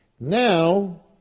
Now